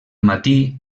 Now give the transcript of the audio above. matí